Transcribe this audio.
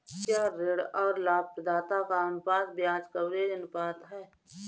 क्या ऋण और लाभप्रदाता का अनुपात ब्याज कवरेज अनुपात है?